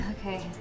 Okay